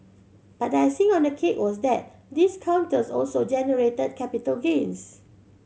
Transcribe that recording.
but icing on the cake was that these counters also generated capital gains